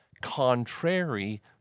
contrary